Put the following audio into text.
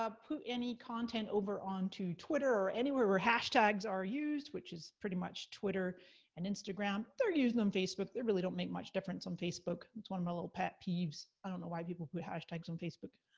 ah put any content over on to twitter, or anywhere where hashtags are used, which is pretty much twitter and instagram. they're used on facebook, they really don't make much difference on facebook, it's one of my little pet peeves, i don't know why people put hashtags on facebook,